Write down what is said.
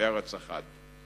בארץ אחת.